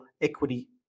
equity